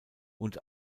und